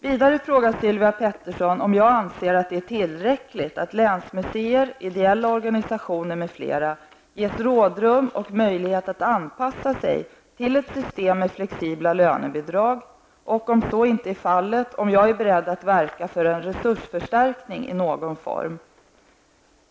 Vidare frågar Sylvia Pettersson om jag anser att det är tillräckligt att länsmuseer, ideella organisationer m.fl. ges rådrum och möjlighet att anpassa sig till ett system med flexibla lönebidrag och -- om så inte är fallet -- om jag är beredd att verka för en resursförstärkning i någon form.